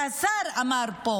השר אמר פה: